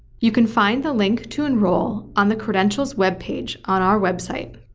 you can find the link to enroll on the credentials web page on our website.